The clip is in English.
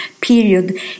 period